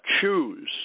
choose